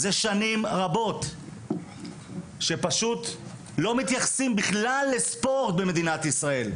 זה שנים רבות שפשוט לא מתייחסים בכלל לספורט במדינת ישראל,